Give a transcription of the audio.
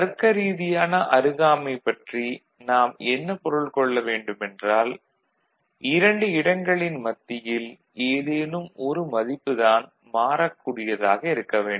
தருக்க ரீதியான அருகாமை பற்றி நாம் என்ன பொருள் கொள்ள வேண்டுமென்றால் இரண்டு இடங்களின் மத்தியில் ஏதேனும் ஒரு மதிப்பு தான் மாறக் கூடியதாக இருக்க வேண்டும்